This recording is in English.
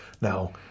Now